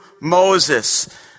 Moses